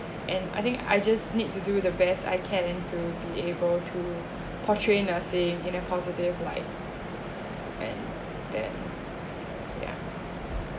and I think I just need to do the best I can do to be able to portray nursing in a positive light and that yeah